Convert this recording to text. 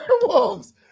werewolves